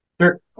Sure